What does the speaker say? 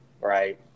Right